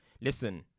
Listen